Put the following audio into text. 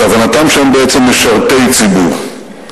את הבנתם שהם בעצם משרתי ציבור,